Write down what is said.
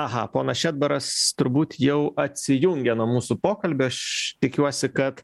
aha ponas šedbaras turbūt jau atsijungė nuo mūsų pokalbio aš tikiuosi kad